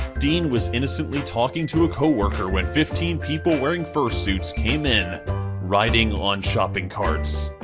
dean was innocently talking to a co-worker when fifteen people wearing fur suits came in riding on shopping carts.